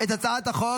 את הצעת החוק.